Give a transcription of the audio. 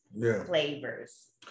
flavors